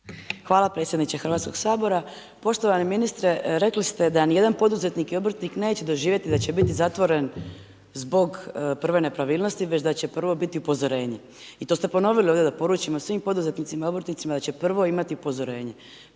Hvala predsjedniče Hrvatskoga sabora. Poštovani ministre, rekli ste da ni jedan poduzetnik i obrtnik neće doživjeti da će biti zatvoren zbog prve nepravilnosti već da će prvo biti upozorenje. I to ste ponovili ovdje da poručimo svim poduzetnicima i obrtnicima da će prvo imati upozorenje.